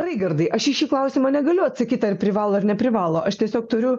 raigardai aš į šį klausimą negaliu atsakyt ar privalo ar neprivalo aš tiesiog turiu